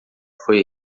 foi